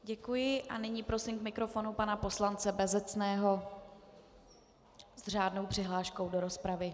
Děkuji a nyní prosím k mikrofonu pana poslance Bezecného s řádnou přihláškou do rozpravy.